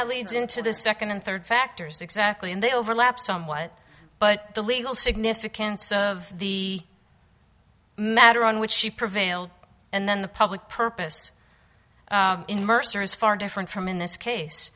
that leads into the second and third factors exactly and they overlap somewhat but the legal significance of the matter on which she prevailed and then the public purpose in mercer is far different from in this case